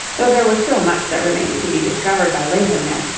though there was still much that remained to be discovered by later men,